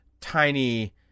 tiny